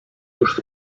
już